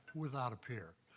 without a peer.